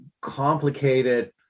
complicated